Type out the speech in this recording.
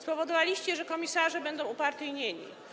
Spowodowaliście, że komisarze będą upartyjnieni.